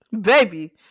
Baby